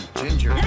ginger